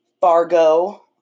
Fargo